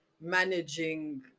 managing